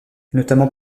notamment